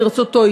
ברצותו,